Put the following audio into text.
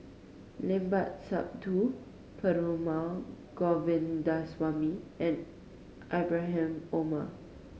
Limat Sabtu Perumal Govindaswamy and Ibrahim Omar